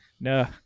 No